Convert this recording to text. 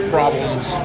Problems